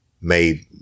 made